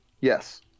Yes